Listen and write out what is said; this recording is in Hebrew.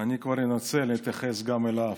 אני כבר אנצל ואתייחס גם אליו.